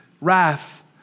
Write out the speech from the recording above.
wrath